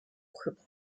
quebec